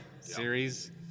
series